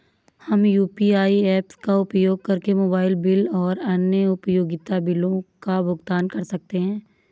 हम UPI apps का उपयोग करके मोबाइल बिल और अन्य उपयोगिता बिलों का भुगतान कर सकते हैं